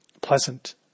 pleasant